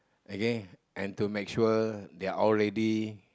okay and to make sure they're all ready